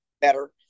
better